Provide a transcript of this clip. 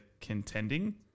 contending